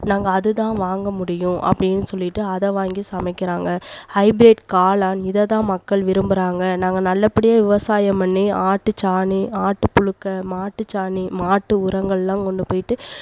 நாங்கள் அதுதான் வாங்க முடியும் அப்படினு சொல்லிவிட்டு அதை வாங்கி சமைக்கிறாங்க ஹைபிரேட் காளான் இதைதான் மக்கள் விரும்பறாங்க நாங்கள் நல்லபடியாக விவசாயம் பண்ணி ஆட்டுச்சாணி ஆட்டு புழுக்கை மாட்டுச்சாணி மாட்டு உரங்களாம் கொண்டு போய்ட்டு